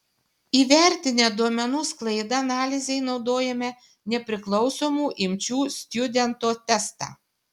įvertinę duomenų sklaidą analizei naudojome nepriklausomų imčių stjudento testą